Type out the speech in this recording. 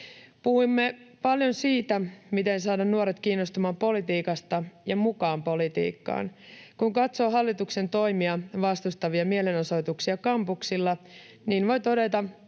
Puhumme paljon siitä, miten saada nuoret kiinnostumaan politiikasta ja mukaan politiikkaan. Kun katsoo hallituksen toimia vastustavia mielenosoituksia kampuksilla, niin voi todeta,